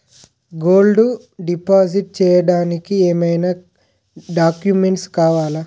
Gold deposit చేయడానికి ఏమైనా documents కావాలా?